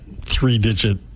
three-digit